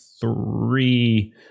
three